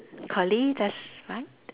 curly that's right